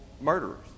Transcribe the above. murderers